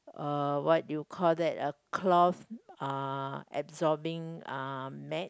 err what you call that a cloth uh absorbing uh mat